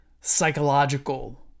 psychological